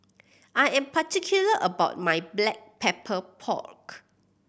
I am particular about my Black Pepper Pork